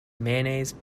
mayonnaise